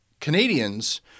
Canadians